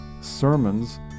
sermons